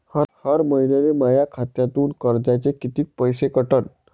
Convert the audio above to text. हर महिन्याले माह्या खात्यातून कर्जाचे कितीक पैसे कटन?